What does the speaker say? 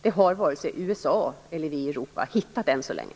Det har varken USA eller vi i Europa hittat än så länge.